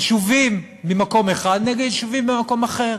יישובים במקום אחד נגד יישובים במקום אחר.